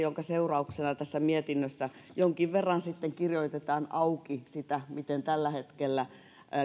tämän seurauksena tässä mietinnössä jonkin verran kirjoitetaan auki sitä miten tällä hetkellä